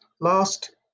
last